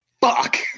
fuck